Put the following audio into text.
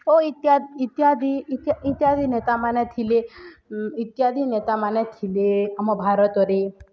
ଓ ଇତ୍ୟା ଇତ୍ୟାଦି ଇ ଇତ୍ୟାଦି ନେତାମାନେ ଥିଲେ ଇତ୍ୟାଦି ନେତାମାନେ ଥିଲେ ଆମ ଭାରତରେ